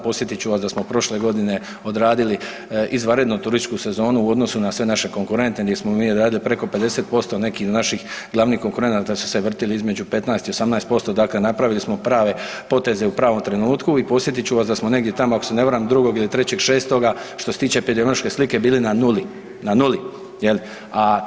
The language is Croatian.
Podsjetit ću vas da smo prošle godine odradili izvanrednu turističku sezonu u odnosu na sve naše konkurente gdje smo mi odradili preko 50%, neki od naših glavnih konkurenata su se vrtili između 15 i 18%, dakle napravili smo prave poteze u pravom trenutku i podsjetit ću vas da smo negdje tamo ako se ne varam 2. ili 3.6. što se tiče epidemiološke slike bili na nuli, na nuli jel.